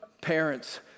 parents